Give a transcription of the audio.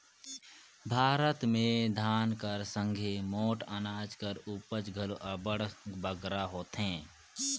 भारत में धान कर संघे मोट अनाज कर उपज घलो अब्बड़ बगरा होथे